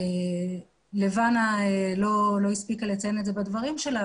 לבנה לא הספיקה לציין בדברים שלה,